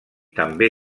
també